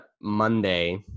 Monday